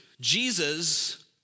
Jesus